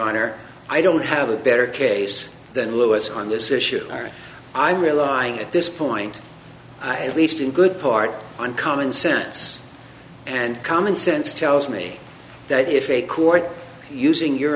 honor i don't have a better case than lewis on this issue i'm relying at this point i least in good part on common sense and common sense tells me that if a court using your